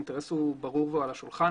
האינטרס ברור ועל השולחן,